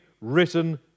written